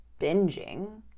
binging